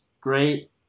great